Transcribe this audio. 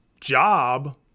job